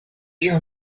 you